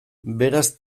beraz